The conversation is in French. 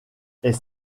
est